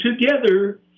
together